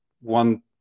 one